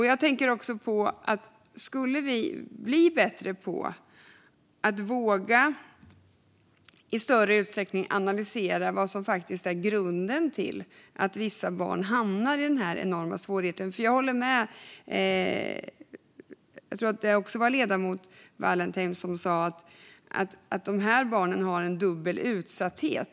Jag tänker också att vi borde bli bättre på att i större utsträckning våga analysera vad som faktiskt är grunden till att vissa barn hamnar i dessa enorma svårigheter. Jag håller med om att de här barnen har en dubbel utsatthet, som jag tror att ledamoten Wallentheim sa.